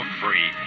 free